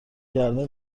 کرده